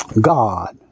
God